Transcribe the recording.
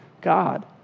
God